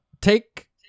take